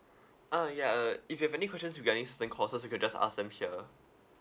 ah ya uh if you have any questions regarding student courses you can just ask them here